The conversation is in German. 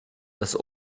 das